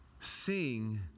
Sing